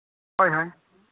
ᱦᱳᱭ ᱦᱳᱭ